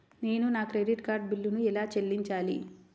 నేను నా credit card బిల్లును ఎలా చెల్లించాలీ?